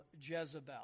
Jezebel